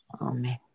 Amen